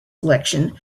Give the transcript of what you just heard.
election